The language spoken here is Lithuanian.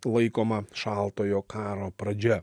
laikoma šaltojo karo pradžia